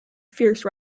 fierce